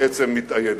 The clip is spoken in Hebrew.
בעצם מתאיידת.